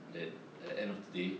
and at the end of the day